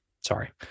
sorry